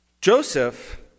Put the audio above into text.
Joseph